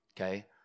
okay